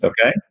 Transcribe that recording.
okay